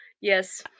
yes